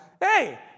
hey